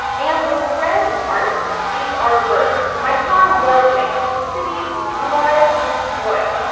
and the red part is our verb. my car was made. the city was destroyed.